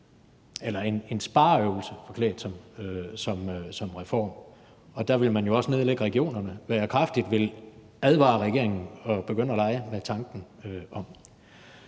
var en spareøvelse forklædt som reform. Og der ville man jo også nedlægge regionerne, hvad jeg kraftigt vil advare regeringen om at begynde at lege med tanken om.